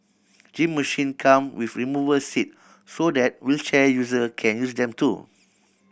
gym machine come with removal seat so that wheelchair user can use them too